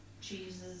Jesus